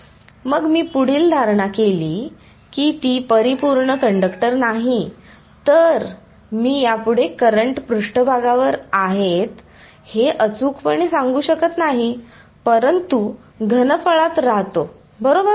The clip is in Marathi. मग मी पुढील धारणा केली की ती परिपूर्ण कंडक्टर नाही तर मी यापुढे करंट पृष्ठभागावर आहेत हे अचूकपणे सांगू शकत नाही परंतु घनफळात राहतो बरोबर